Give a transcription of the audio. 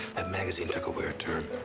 that magazine took a weird turn.